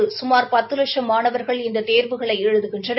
இதில் சுமார் பத்து லட்சம் மாணவர்கள் இந்த தேர்வுகளை எழுதுகின்றனர்